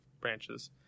branches